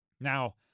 Now